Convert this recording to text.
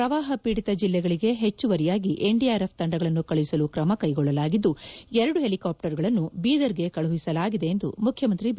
ಪ್ರವಾಹ ಪೀಡಿತ ಜಿಲ್ಲೆಗಳಿಗೆ ಹೆಚ್ಚುವರಿಯಾಗಿ ಎನ್ಡಿಆರ್ಎಫ್ ತಂಡಗಳನ್ನು ಕಳುಹಿಸಲು ಕ್ರಮ ಕೈಗೊಳ್ಳಲಾಗಿದ್ದು ಎರಡು ಹೆಲಿಕಾಪ್ಸರ್ಗಳನ್ನು ಬೀದರ್ಗೆ ಕಳುಹಿಸಲಾಗಿದೆ ಎಂದು ಮುಖ್ಯಮಂತ್ರಿ ಬಿ